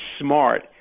smart